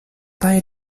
bei